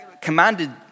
commanded